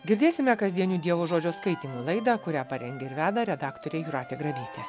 girdėsime kasdienių dievo žodžio skaitymų laidą kurią parengė ir veda redaktorė jūratė grabytė